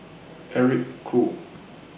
Eric Khoo